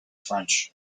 french